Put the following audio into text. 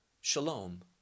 Shalom